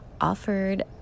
offered